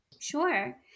Sure